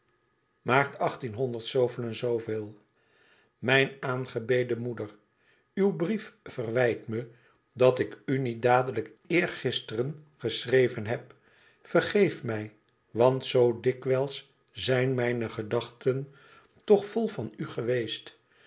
ip aart ijn aangebeden moeder uw brief verwijt me dat ik u niet dadelijk eergisteren geschreven heb vergeef me want zoo dikwijls zijn mijne gedachten toch vol van u geweest